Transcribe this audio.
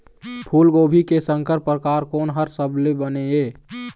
फूलगोभी के संकर परकार कोन हर सबले बने ये?